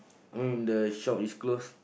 I mean the shop is closed